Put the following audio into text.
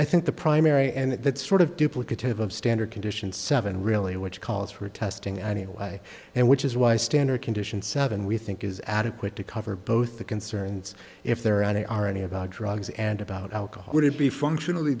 i think the primary and that sort of duplicative of standard condition seven really which calls for testing anyway and which is why standard condition seven we think is adequate to cover both the concerns if there are they are any about drugs and about alcohol to be functionally